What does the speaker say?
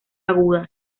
agudas